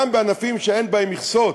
גם בענפים שאין בהם מכסות,